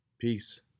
Peace